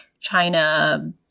China